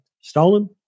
stolen